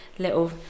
Little